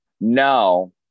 No